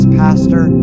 pastor